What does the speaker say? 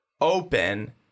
open